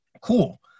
Cool